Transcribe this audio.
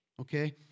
okay